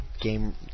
game